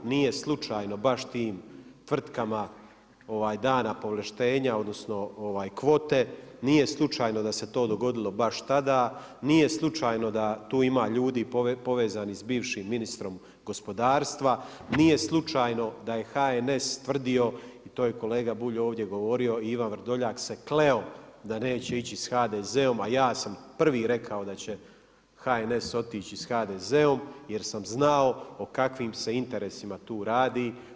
Nije slučajno baš tim tvrtkama dana povlaštenija odnosno kvote, nije slučajno da se to dogodilo baš tada, nije slučajno da tu ima ljudi povezanih s bivšim ministrom gospodarstva, nije slučajno da je HNS tvrdio i to je kolega Bulj ovdje govorio i Ivan Vrdoljak se kleo da neće ići s HDZ-om, a ja sam prvi rekao da će HNS otići s HDZ-om jer sam znao o kakvim se interesima tu radi.